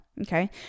okay